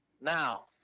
Now